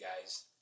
guys